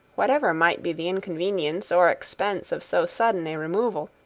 whatever might be the inconvenience or expense of so sudden a removal,